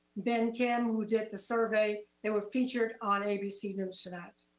ben kim, who did the survey, they were featured on abc news tonight.